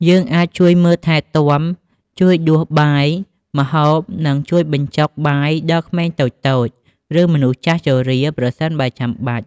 យើងអាចជួយមើលថែទាំ ជួយដួសបាយ ម្ហូប និងជួយបញ្ចុកបាយដល់ក្មេងតូចៗ ឬមនុស្សចាស់ជរា ប្រសិនបើចាំបាច់។